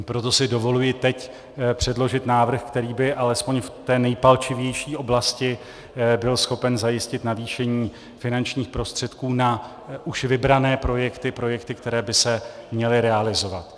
Proto si dovoluji teď předložit návrh, který by alespoň v té nejpalčivější oblasti byl schopen zajistit navýšení finančních prostředků na už vybrané projekty, projekty, které by se měly realizovat.